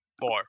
Four